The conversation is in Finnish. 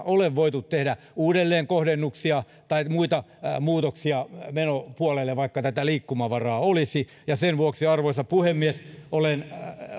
ole voitu tehdä uudelleenkohdennuksia tai muita muutoksia menopuolelle vaikka tätä liikkumavaraa olisi ja sen vuoksi arvoisa puhemies